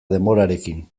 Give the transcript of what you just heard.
denborarekin